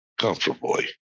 comfortably